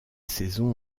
saison